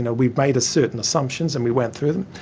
and we'd made certain assumptions and we went through them.